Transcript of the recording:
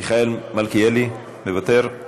מיכאל מלכיאלי, מוותר?